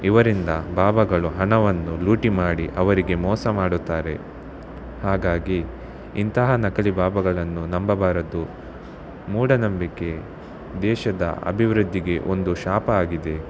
ಇವರಿಂದ ಬಾಬಾಗಳು ಹಣವನ್ನು ಲೂಟಿ ಮಾಡಿ ಅವರಿಗೆ ಮೋಸ ಮಾಡುತ್ತಾರೆ ಹಾಗಾಗಿ ಇಂತಹ ನಕಲಿ ಬಾಬಾಗಳನ್ನು ನಂಬಬಾರದು ಮೂಢನಂಬಿಕೆ ದೇಶದ ಅಭಿವೃದ್ದಿಗೆ ಒಂದು ಶಾಪ ಆಗಿದೆ